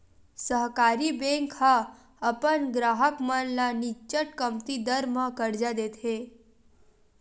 सहकारी बेंक ह अपन गराहक मन ल निच्चट कमती दर म करजा देथे